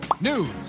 news